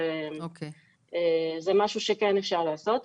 זה משהו שכן אפשר לעשות.